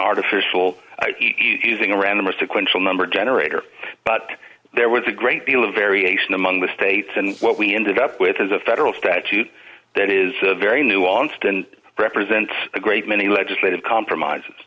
artificial using a random or sequential number generator but there was a great deal of variation among the states and what we ended up with is a federal statute that is very nuanced and represents a great many legislative compromises